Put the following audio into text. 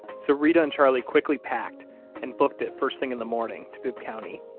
so reta and charlie quickly packed and booked it first thing in the morning to bibb county.